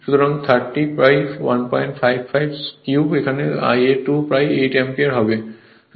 সুতরাং 30 155³ এখানে Ia 2 প্রায় 8 অ্যাম্পিয়ার হবে